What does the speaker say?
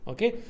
Okay